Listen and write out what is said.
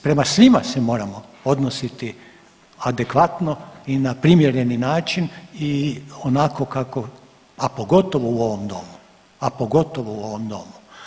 Prema svima se moramo odnositi adekvatno i na primjerni način i onako kako, a pogotovo u ovom domu, a pogotovo u ovom domu.